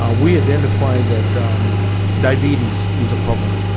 ah we identified that um diabetes is a problem.